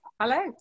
hello